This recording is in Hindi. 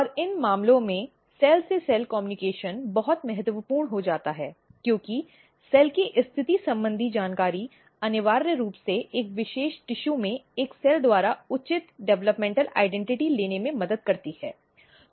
और इन मामलों में सेल से सेल कम्युनिकेशन बहुत महत्वपूर्ण हो जाता है क्योंकि सेल की स्थिति संबंधी जानकारी अनिवार्य रूप से एक विशेष टिशू में एक सेल द्वारा उचित डेवलपमेंटल पहचान लेने में मदद करती है